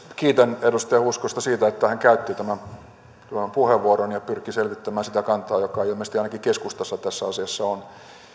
kiitän edustaja hoskosta siitä että hän käytti tämän puheenvuoron ja pyrki selvittämään sitä kantaa joka ilmeisesti ainakin keskustassa tässä asiassa on